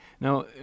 Now